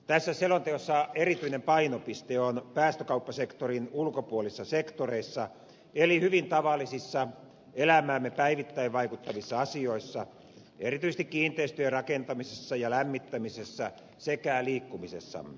tässä selonteossa erityinen painopiste on päästökauppasektorin ulkopuolisissa sektoreissa eli hyvin tavallisissa elämäämme päivittäin vaikuttavissa asioissa erityisesti kiinteistöjen rakentamisessa ja lämmittämisessä sekä liikkumisessamme